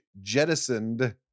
Jettisoned